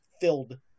filled